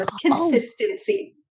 consistency